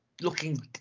looking